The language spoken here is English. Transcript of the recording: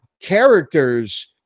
characters